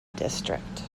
district